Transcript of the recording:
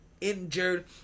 injured